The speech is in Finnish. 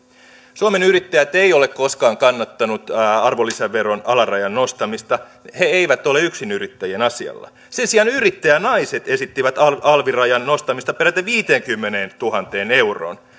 suomen yrittäjät ei ole koskaan kannattanut arvonlisäveron alarajan nostamista he eivät ole yksinyrittäjien asialla sen sijaan yrittäjänaiset esittivät alvirajan nostamista peräti viiteenkymmeneentuhanteen euroon